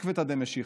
עקבתא דמשיחא.